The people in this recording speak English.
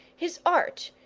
his art,